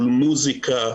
מוסיקה,